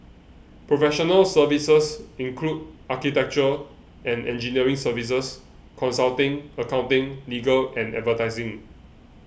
professional services include architecture and engineering services consulting accounting legal and advertising